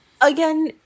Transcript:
again